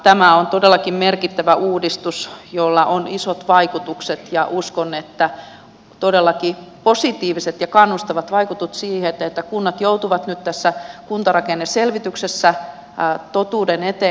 tämä on todellakin merkittävä uudistus jolla on isot vaikutukset ja uskon että todellakin positiiviset ja kannustavat vaikutukset siten että kunnat joutuvat nyt tässä kuntarakenneselvityksessä totuuden eteen